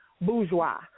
bourgeois